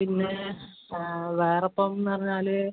പിന്നെ വേറെ ഇപ്പം പറഞ്ഞാൽ